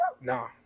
nah